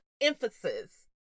emphasis